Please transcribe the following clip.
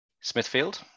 Smithfield